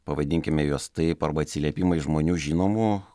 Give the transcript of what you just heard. pavadinkime juos taip arba atsiliepimai žmonių žinomų